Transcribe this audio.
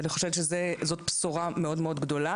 אני חושבת שזו בשורה מאוד מאוד גדולה,